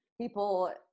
people